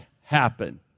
happen